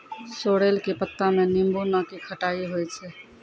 sorrel के पत्ता मॅ नींबू नाकी खट्टाई होय छै